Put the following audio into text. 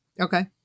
Okay